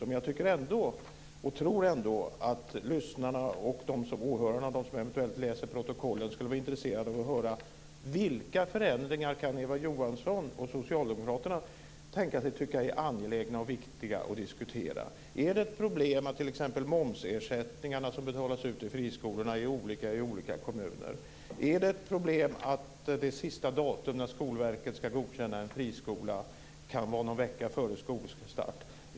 Men jag tror ändå att åhörarna och de som eventuellt läser protokollen skulle vara intresserade av att höra vilka förändringar Eva Johansson och Socialdemokraterna kan se som angelägna och viktiga att diskutera. Är det ett problem att t.ex. momsersättningarna som betalas ut till friskolorna är olika i olika kommuner? Är det ett problem att det sista datum när Skolverket ska godkänna en friskola kan vara någon vecka före skolstart?